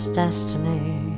destiny